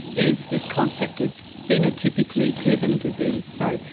is this concept of phenotypically driven disease. so,